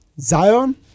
zion